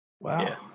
wow